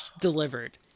delivered